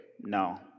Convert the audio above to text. no